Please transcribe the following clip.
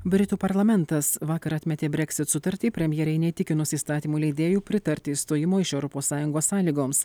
britų parlamentas vakar atmetė breksit sutartį premjerei neįtikinus įstatymų leidėjų pritarti išstojimo iš europos sąjungos sąlygoms